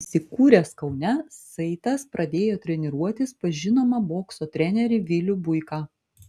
įsikūręs kaune saitas pradėjo treniruotis pas žinomą bokso trenerį vilių buiką